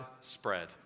spread